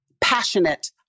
passionate